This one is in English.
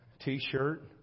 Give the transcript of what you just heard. t-shirt